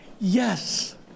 Yes